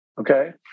okay